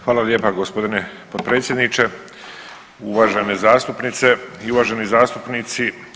Hvala lijepa g. potpredsjedniče, uvažene zastupnice i uvaženi zastupnici.